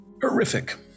horrific